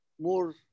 More